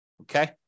Okay